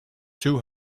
two